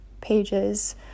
pages